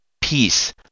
peace